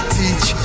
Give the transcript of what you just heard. teach